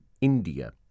India